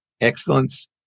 Excellence